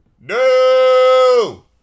no